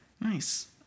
nice